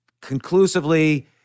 conclusively